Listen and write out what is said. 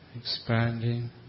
expanding